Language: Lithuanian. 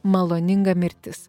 maloninga mirtis